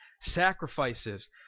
sacrifices